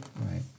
right